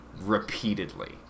Repeatedly